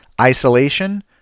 Isolation